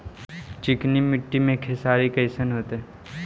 चिकनकी मट्टी मे खेसारी कैसन होतै?